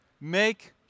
make